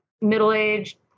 middle-aged